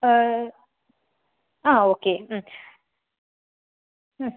ആ ഓക്കെ